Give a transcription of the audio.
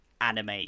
anime